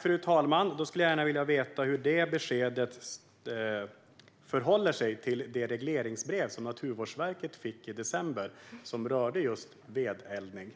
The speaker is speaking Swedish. Fru talman! Då skulle jag gärna vilja veta hur det beskedet förhåller sig till det regleringsbrev som Naturvårdsverket fick i december som rörde just vedeldning.